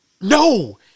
No